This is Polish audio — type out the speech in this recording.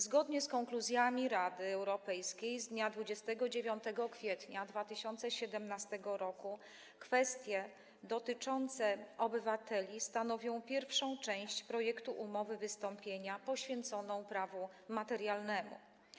Zgodnie z konkluzjami Rady Europejskiej z dnia 29 kwietnia 2017 r. kwestie dotyczące obywateli stanowią pierwszą część projektu umowy wystąpienia poświęconą prawu materialnemu.